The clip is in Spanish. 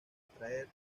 atraer